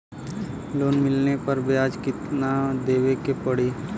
Loan मिलले पर ब्याज कितनादेवे के पड़ी?